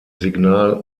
signal